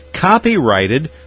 copyrighted